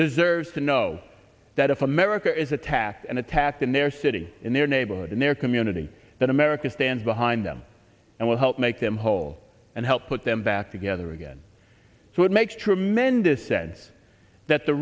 deserves to know that if america is attacked and attacked in their city in their neighborhood and their community that america stands behind them and will help make them whole and help put them back together again so it makes tremendous sense that the